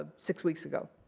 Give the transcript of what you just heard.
ah six weeks ago.